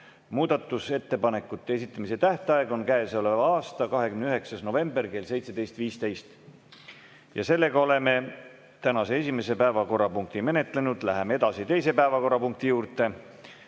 Muudatusettepanekute esitamise tähtaeg on selle aasta 29. november kell 17.15. Oleme tänase esimese päevakorrapunkti menetlenud. Läheme teise päevakorrapunkti juurde.